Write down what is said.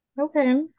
Okay